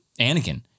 Anakin